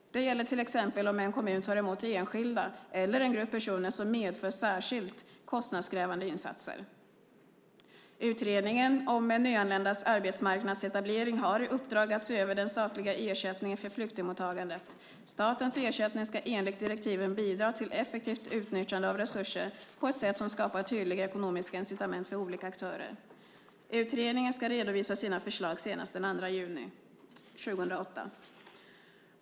Det gäller till exempel om en kommun tar emot enskilda eller en grupp personer som medför särskilt kostnadskrävande insatser. Utredningen om nyanländas arbetsmarknadsetablering har i uppdrag att se över den statliga ersättningen för flyktingmottagandet . Statens ersättning ska enligt direktiven bidra till effektivt utnyttjande av resurser på ett sätt som skapar tydliga ekonomiska incitament för olika aktörer. Utredningen ska redovisa sina förslag senast den 2 juni 2008.